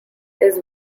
his